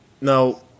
Now